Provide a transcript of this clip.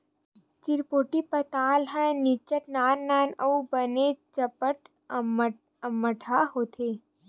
चिरपोटी पताल ह निच्चट नान नान अउ बनेचपन अम्मटहा होथे